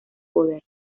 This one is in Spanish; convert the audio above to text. poder